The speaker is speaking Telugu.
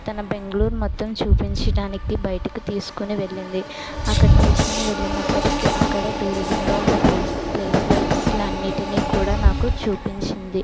తన బెంగుళూరు మొత్తం చూపించడానికి బయటకు తీసుకుని వెళ్ళింది అక్కడ తీసుకొని వెళ్ళినప్పటికీ అక్కడ టూరిజంలో ఉన్న ప్లేస్ ప్లేస్ల అన్నిటిని కూడా నాకు చూపించింది